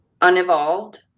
unevolved